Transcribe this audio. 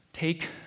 Take